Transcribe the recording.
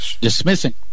dismissing